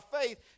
faith